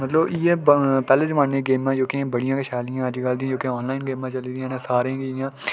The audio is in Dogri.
मतलब इ'यै पैह्ले जमानै गी गेम्मां जोह्कियां बड़ियां गै शैल हियां अजकल जोह्कियां ऑनलाइन गेम्मां चली दियां न सारें गी इ'यां